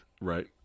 Right